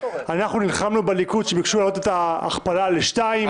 אנחנו נלחמנו בליכוד שביקשו להעלות את ההכפלה ל-2.